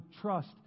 trust